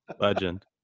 legend